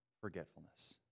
Forgetfulness